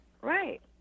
Right